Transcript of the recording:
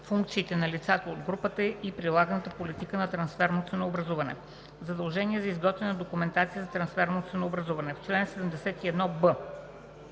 функциите на лицата от групата и прилаганата политика на трансферно ценообразуване. Задължение за изготвяне на документация за трансферно ценообразуване Чл. 71б.